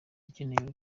dukeneye